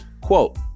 quote